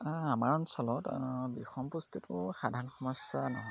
আমাৰ অঞ্চলত বিষম পুষ্টিটো সাধাৰণ সমস্যা নহয়